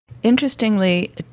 interestingly